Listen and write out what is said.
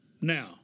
Now